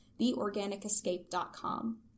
theorganicescape.com